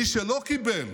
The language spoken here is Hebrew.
מי שלא קיבל